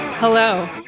Hello